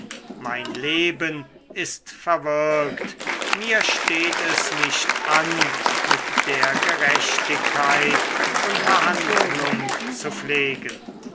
mein leben ist verwirkt mir steht es nicht an mit der gerechtigkeit unterhandlung zu pflegen